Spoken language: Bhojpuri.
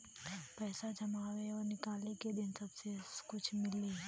पैसा जमावे और निकाले के दिन सब्बे कुछ मिली